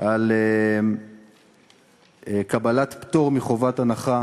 על קבלת פטור מחובת הנחה